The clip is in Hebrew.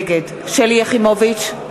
נגד שלי יחימוביץ,